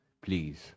please